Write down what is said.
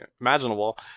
imaginable